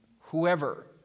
whoever